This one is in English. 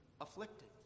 afflicted